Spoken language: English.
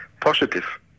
positive